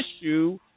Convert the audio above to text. issue